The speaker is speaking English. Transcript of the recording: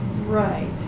Right